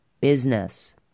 business